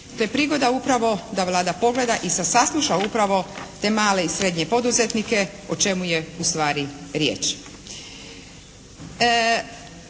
To je prigoda upravo da Vlada pogleda i sasluša upravo te male i srednje poduzetnike o čemu je ustvari riječ?